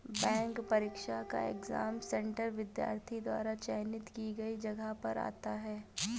bank परीक्षा का exam centre विद्यार्थी द्वारा चयनित की गई जगह पर आता है